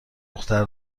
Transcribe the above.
دختر